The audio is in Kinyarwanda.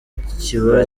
kiba